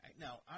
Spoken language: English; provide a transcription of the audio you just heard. Now